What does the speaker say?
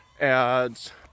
ads